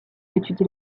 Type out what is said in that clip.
étudie